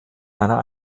einer